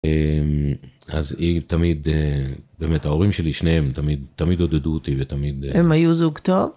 אמ..אז היא תמיד באמת ההורים שלי שניהם תמיד תמיד עודדו אותי ותמיד הם היו זוג טוב.